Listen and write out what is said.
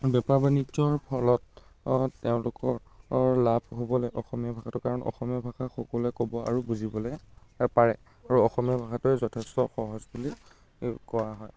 বেপাৰ বাণিজ্যৰ ফলত তেওঁলোকৰ লাভ হ'বলৈ অসমীয়া ভাষাটো কাৰণ অসমীয়া ভাষা সকলোৱে ক'ব আৰু বুজিবলৈ পাৰে আৰু অসমীয়া ভাষাটোৱে যথেষ্ট সহজ বুলি কোৱা হয়